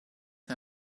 her